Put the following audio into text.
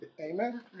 Amen